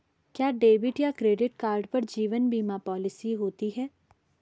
क्या डेबिट या credit card पर जीवन बीमा पॉलिसी होती है?